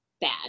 bad